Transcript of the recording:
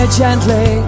gently